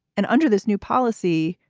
and under this new policy,